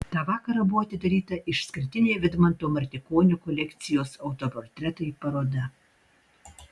tą vakarą buvo atidaryta išskirtinė vidmanto martikonio kolekcijos autoportretai paroda